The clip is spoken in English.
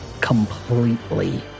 completely